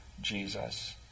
Jesus